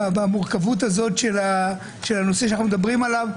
במורכבות הזאת של הנושא שאנחנו מדברים עליו,